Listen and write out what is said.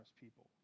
people